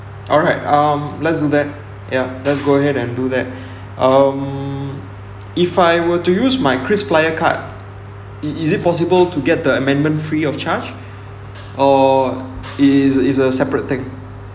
alright um let's do that ya let's go ahead and do that um if I were to use my krisflyer credit is it possible to get the amendment free of charge or is a is a separate thing